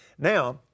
Now